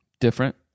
Different